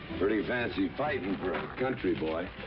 pretty fancy fighting for a country boy.